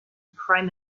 prime